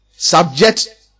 Subject